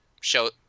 show